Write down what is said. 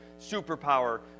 superpower